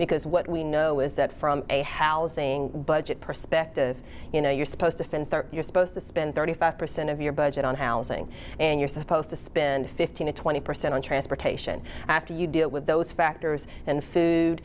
because what we know is that from a housing budget perspective you know you're supposed to fend you're supposed to spend thirty five percent of your budget on housing and you're suppose to spend fifteen or twenty percent on transportation after you deal with those factors and food